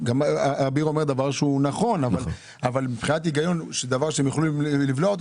אביר אומר דבר שהוא נכון אבל מבחינת היגיון הדבר שהם יוכלו לבלוע,